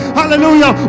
hallelujah